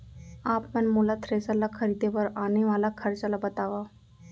आप मन मोला थ्रेसर ल खरीदे बर आने वाला खरचा ल बतावव?